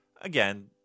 again